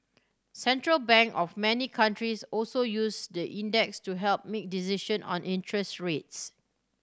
central bank of many countries also use the index to help make decision on interest rates